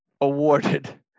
awarded